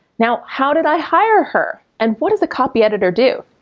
now, how did i hire her and what does a copy editor do?